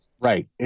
Right